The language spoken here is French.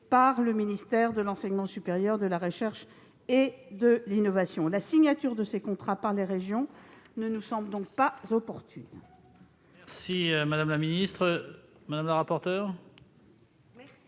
par le ministère de l'enseignement supérieur, de la recherche et de l'innovation. La signature de ces contrats par les régions ne nous semble donc pas opportune. La parole est à Mme le rapporteur. Madame